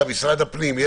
בבקשה, משרד הפנים.